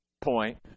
point